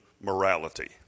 morality